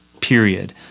period